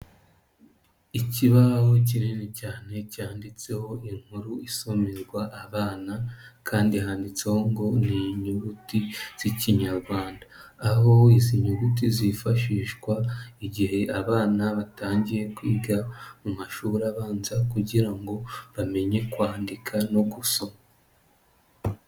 Ikibaho kinini cyane cyanditseho inkuru isomerwa abana kandi handitseho ngo ni inyuguti z'Ikinyarwanda, aho izi nyuguti zifashishwa igihe abana batangiye kwiga mu mashuri abanza kugira ngo bamenye kwandika no gusoma.